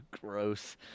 gross